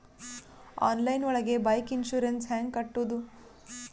Online ಒಳಗೆ bike insurance ಹ್ಯಾಂಗ್ ಕಟ್ಟುದು?